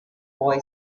boy